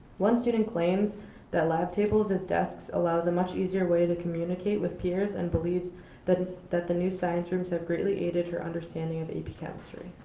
one student claims that lab tables as desks allows a much easier way to communicate with peers and believes that that the new science rooms have greatly aided her understanding of ap but chemistry.